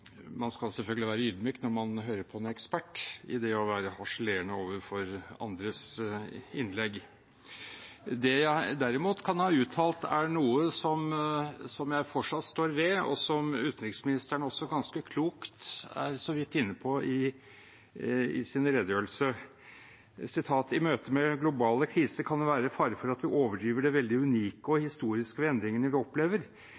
man skal selvfølgelig være ydmyk når man hører på en ekspert i det å være harselerende overfor andres innlegg. Det jeg derimot kan ha uttalt, er noe som jeg fortsatt står ved, og som utenriksministeren også ganske klokt var så vidt inne på i sin redegjørelse: «I møte med globale kriser kan det være fare for at vi overdriver det veldig unike og historiske ved endringene vi opplever.